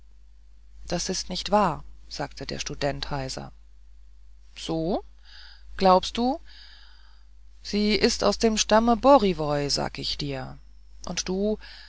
das ist nicht wahr sagte der student heiser so glaubst du sie ist aus dem stamme boriwoj sag ich dir und du